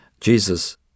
Jesus